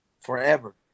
forever